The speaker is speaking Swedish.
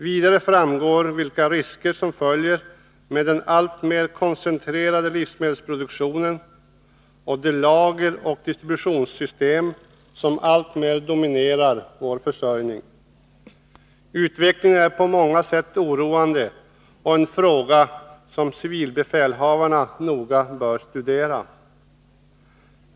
Vidare framgår vilka risker som följer med den alltmer koncentrerade livsmedelsproduktionen och de lageroch distributionssystem som alltmer dominerar vår försörjning. Utvecklingen är på många sätt oroande, och det är en fråga som civilbefälhavarna noga bör studera.